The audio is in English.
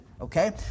Okay